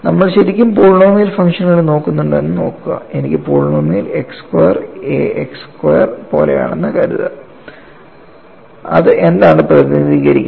നമ്മൾ ശരിക്കും പോളിനോമിയൽ ഫംഗ്ഷനുകൾ നോക്കുന്നുണ്ടോയെന്ന് നോക്കുക എനിക്ക് polynomial x square a x square പോലെയാണെന്ന് കരുതുക അത് എന്താണ് പ്രതിനിധീകരിക്കുന്നത്